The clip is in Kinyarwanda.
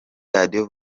radio